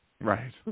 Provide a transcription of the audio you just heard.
Right